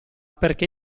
perché